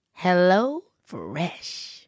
HelloFresh